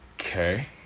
Okay